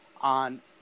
on